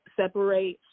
separate